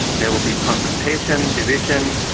there will be concentration division,